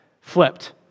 flipped